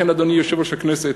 לכן, אדוני יושב-ראש הכנסת,